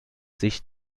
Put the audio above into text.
sich